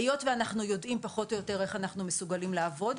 היות ואנחנו יודעים פחות או יותר איך אנחנו מסוגלים לעבוד,